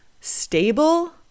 stable